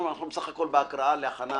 אנחנו בסך הכול בהקראה בהכנה